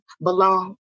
Belong